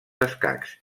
escacs